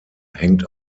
hängt